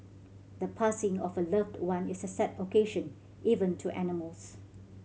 the passing of a loved one is a sad occasion even to animals